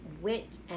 wit